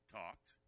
talked